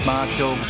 Marshall